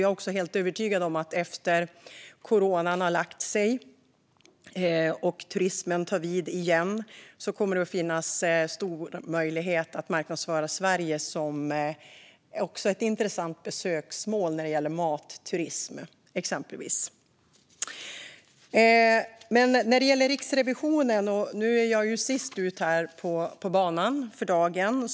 Jag är också helt övertygad om att det, när coronan har lagt sig och turismen tar vid igen, kommer att finnas stor möjlighet att marknadsföra Sverige som ett intressant besöksmål när det gäller exempelvis matturism. Nu är jag sist ut på banan för dagen.